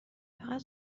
فقط